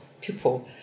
pupil